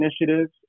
initiatives